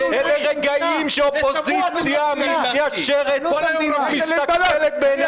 אלה רגעים שאופוזיציה מתקשרת ומסתכלת בעיני